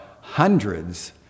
hundreds